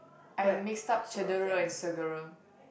I mixed up cedera and segera